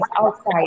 outside